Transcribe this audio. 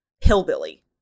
hillbilly